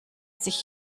sich